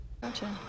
Gotcha